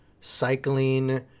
cycling